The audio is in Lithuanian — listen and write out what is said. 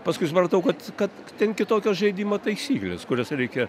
paskui supratau kad kad ten kitokios žaidimo taisyklės kurias reikia